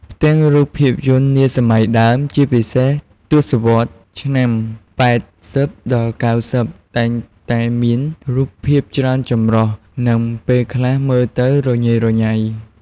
ផ្ទាំងរូបភាពយន្តនាសម័យដើម ជាពិសេសទសវត្សរ៍ឆ្នាំ ៨០ ដល់ ៩០ តែងតែមាន រូបភាពច្រើនចម្រុះ និងពេលខ្លះមើលទៅ រញ៉េរញ៉ៃ ។